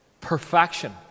Perfection